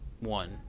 one